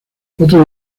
otra